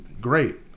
great